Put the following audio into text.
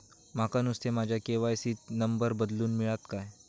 माका नुस्तो माझ्या के.वाय.सी त नंबर बदलून मिलात काय?